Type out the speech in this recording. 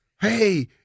hey